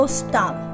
stop